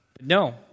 No